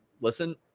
Listen